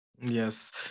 Yes